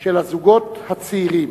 של הזוגות הצעירים.